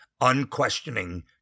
unquestioning